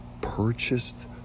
purchased